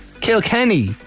kilkenny